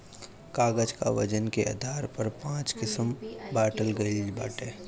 कागज कअ वजन के आधार पर पाँच किसिम बांटल गइल बाटे